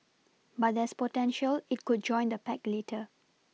but there's potential it could join the pact later